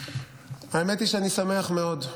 האמת היא שאני שמח מאוד.